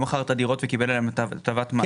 מכר את הדירות וקיבל עליהן את הטבת המס.